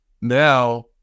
Now